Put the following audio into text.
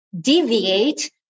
deviate